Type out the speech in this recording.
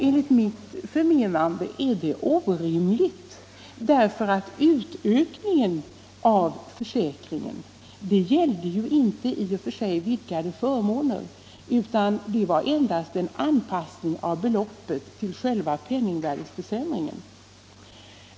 Enligt mitt förmenande är detta orimligt; höjningen av försäkringsbeloppet gällde inte i och för sig vidgade förmåner utan var endast en anpassning av beloppet till själva penningvärdeförsämringen.